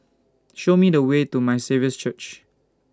Show Me The Way to My Saviour's Church